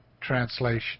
translation